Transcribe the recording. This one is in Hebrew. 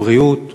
בריאות,